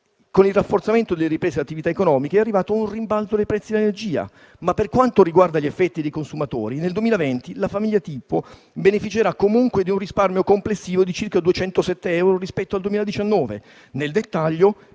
con il rafforzamento della ripresa delle attività economiche è arrivato un rimbalzo dei prezzi dell'energia. Ma per quanto riguarda gli effetti sui consumatori, nel 2020 la famiglia tipo beneficerà comunque di un risparmio complessivo di circa 207 euro rispetto al 2019. Nel dettaglio,